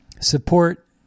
support